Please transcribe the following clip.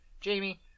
Jamie